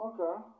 okay